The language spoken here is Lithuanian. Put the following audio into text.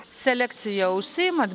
selekcija užsiimat